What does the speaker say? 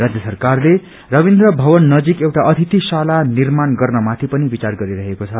राज्य सरकारले रविन्द्र भवन नजिक एउटा अतिथि माला निर्माण गर्नमाथि पनि विचार गरिरहेको छ